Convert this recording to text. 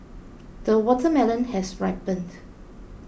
the watermelon has ripened